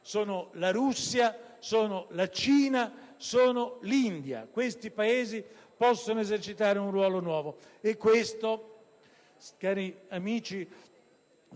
sono la Russia, la Cina e l'India. Questi Paesi possono esercitare un ruolo nuovo e questo, cari amici